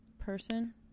person